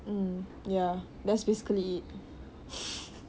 mm ya that's basically it